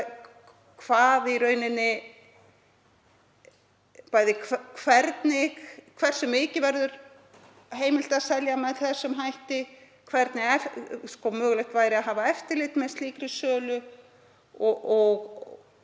að ræða hversu mikið verður heimilt að selja með þessum hætti, hvernig mögulegt væri að hafa eftirlit með slíkri sölu og